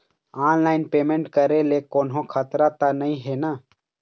Online payment करे ले कोन्हो खतरा त नई हे न?